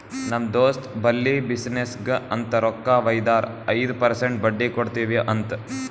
ನಮ್ ದೋಸ್ತ್ ಬಲ್ಲಿ ಬಿಸಿನ್ನೆಸ್ಗ ಅಂತ್ ರೊಕ್ಕಾ ವೈದಾರ ಐಯ್ದ ಪರ್ಸೆಂಟ್ ಬಡ್ಡಿ ಕೊಡ್ತಿವಿ ಅಂತ್